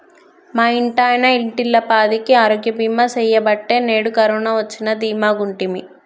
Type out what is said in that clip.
మా ఇంటాయన ఇంటిల్లపాదికి ఆరోగ్య బీమా సెయ్యబట్టే నేడు కరోన వచ్చినా దీమాగుంటిమి